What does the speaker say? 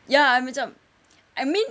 ya I macam I mean